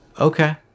Okay